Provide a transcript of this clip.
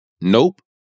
nope